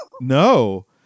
no